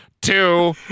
Two